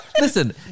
Listen